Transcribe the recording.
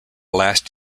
last